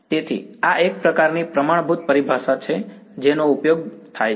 તેથી આ એક પ્રકારની પ્રમાણભૂત પરિભાષા છે જેનો ઉપયોગ બરાબર થાય છે